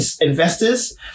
investors